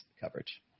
coverage